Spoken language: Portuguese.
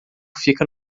fica